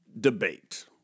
debate